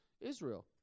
Israel